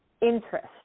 interest